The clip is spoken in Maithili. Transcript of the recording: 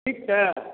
ठीक छै